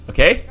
Okay